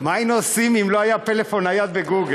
מה היינו עושים אם לא היה טלפון נייד וגוגל,